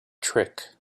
trick